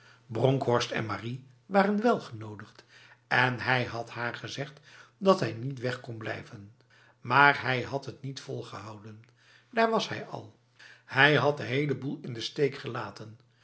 bronkhorst en marie waren wél genodigd en hij had haar gezegd dat hij niet weg kon blijven maar hij had het niet volgehouden daar was hij af hij had de hele boel in de steek gelaten